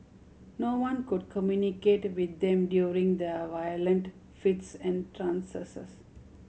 no one could communicate with them during their violent fits and trances